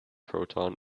proton